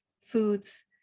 foods